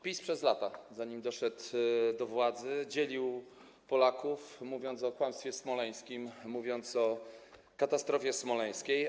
PiS przez lata, zanim doszedł do władzy, dzielił Polaków, mówiąc o kłamstwie smoleńskim, mówiąc o katastrofie smoleńskiej.